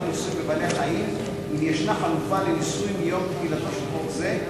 ניסוי בבעלי-חיים אם ישנה חלופה לניסוי מיום תחילתו של חוק זה,